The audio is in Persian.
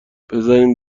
بذارین